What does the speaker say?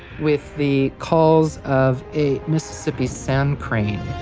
with the calls of a mississippi sand crane.